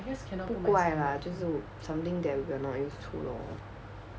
不怪 lah 就是 something that we are not used to lor